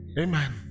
Amen